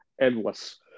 Endless